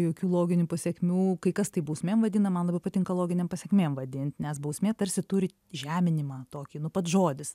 jokių loginių pasekmių kai kas tai bausmėm vadina man patinka loginėm pasekmėm vadint nes bausmė tarsi turi žeminimą tokį nu pats žodis